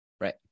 Right